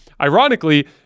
Ironically